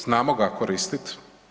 Znamo ga koristiti.